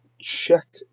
check